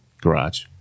garage